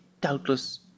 doubtless